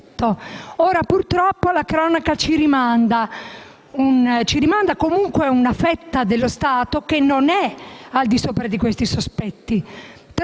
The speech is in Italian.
Purtroppo la cronaca ci rimanda comunque a una fetta dello Stato che non è al di sopra dei sospetti.